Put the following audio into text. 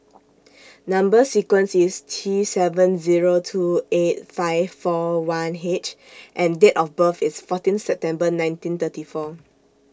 Number sequence IS T seven Zero two eight five four one H and Date of birth IS fourteen September nineteen thirty four